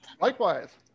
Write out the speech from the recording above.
Likewise